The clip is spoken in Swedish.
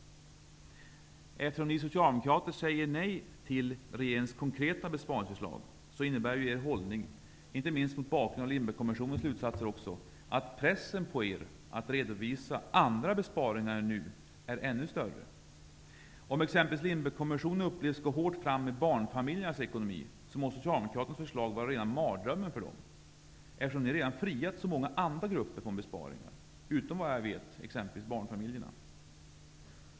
Eftersom ni socialdemokrater säger nej till regeringens konkreta besparingsförslag innebär er hållning, inte minst mot bakgrund av Lindbeckkommissionens slutsatser, att pressen på er att redovisa andra besparingar nu är ännu större. Om exempelvis Lindbeckkommissionen upplevs gå hårt fram med barnfamiljernas ekonomi, måste Socialdemokraternas förslag vara rena mardrömmen för dem, eftersom ni redan friat så många andra grupper från besparingar -- utom, vad jag vet, exempelvis barnfamiljerna.